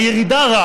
הירידה,